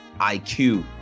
IQ